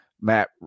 Matt